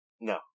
No